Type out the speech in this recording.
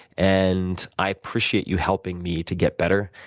and i appreciate you helping me to get better.